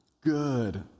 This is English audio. good